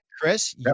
chris